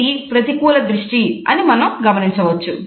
ఇది ప్రతికూల దృష్టి అని మనం గమనించవచ్చు